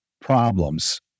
Problems